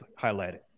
highlighted